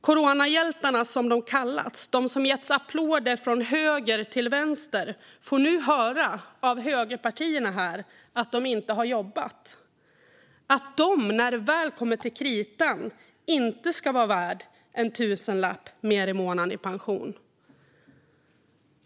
Coronahjältarna som de kallats, de som getts applåder från höger till vänster, får nu höra av högerpartierna här att de inte har jobbat - att de, när det väl kommer till kritan, inte skulle vara värda en tusenlapp mer i månaden i pension.